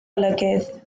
olygydd